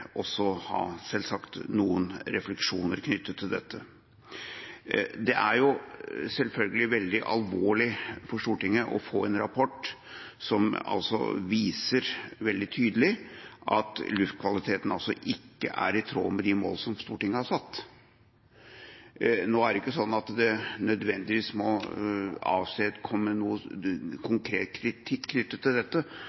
også selvsagt ha noen refleksjoner knyttet til dette. Det er selvfølgelig veldig alvorlig for Stortinget å få en rapport som viser veldig tydelig at luftkvaliteten ikke er i tråd med de mål som Stortinget har satt. Nå er det ikke sånn at det nødvendigvis må